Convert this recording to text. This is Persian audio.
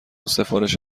سفارش